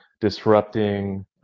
disrupting